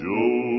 Joe